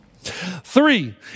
three